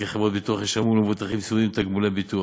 כי חברות הביטוח ישלמו למבוטחים סיעודיים תגמולי ביטוח.